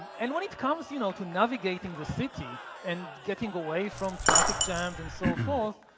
and when it comes you know to navigating the city and getting away from traffic jams and so forth,